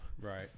Right